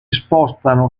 spostano